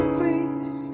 face